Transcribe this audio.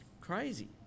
crazy